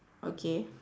okay